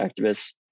activists